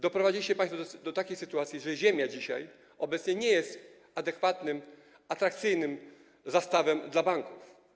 Doprowadziliście państwo do takiej sytuacji, że ziemia obecnie nie jest adekwatnym, atrakcyjnym zastawem dla banków.